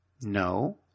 no